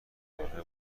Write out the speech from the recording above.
کارهای